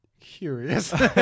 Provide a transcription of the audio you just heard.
Curious